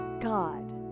God